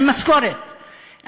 עם משכורת,